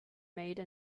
made